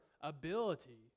ability